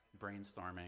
brainstorming